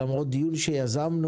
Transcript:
למרות דיון שיזמנו,